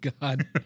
God